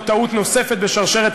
זאת טעות נוספת בשרשרת